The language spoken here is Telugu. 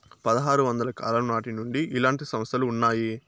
పదహారు వందల కాలం నాటి నుండి ఇలాంటి సంస్థలు ఉన్నాయి